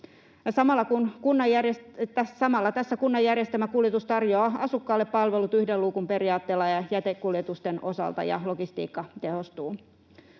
Samalla tässä kunnan järjestämä kuljetus tarjoaa asukkaille palvelut yhden luukun periaatteella ja jätekuljetusten osalta ja logistiikka tehostuu.